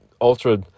ultra